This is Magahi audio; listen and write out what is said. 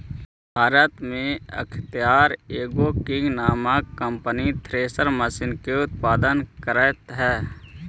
भारत में अख्तियार एग्रो किंग नामक कम्पनी थ्रेसर मशीन के उत्पादन करऽ हई